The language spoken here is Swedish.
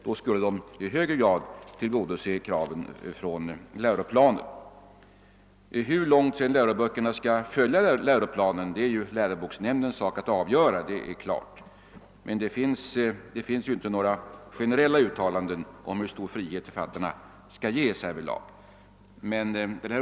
De skulle då i högre grad kunna tillgodose läroplanens krav. Hur långt läroböckerna skall följa läroplanen är emellertid läroboksnämndens sak att avgöra. Det finns inte några generella uttalanden om hur stor frihet författarna skall ges härvidlag.